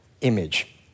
image